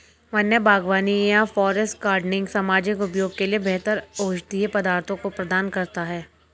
वन्य बागवानी या फॉरेस्ट गार्डनिंग सामाजिक उपयोग के लिए बेहतर औषधीय पदार्थों को प्रदान करता है